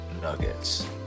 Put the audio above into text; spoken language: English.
nuggets